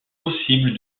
possible